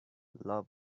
love